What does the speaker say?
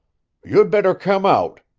you'd better come out,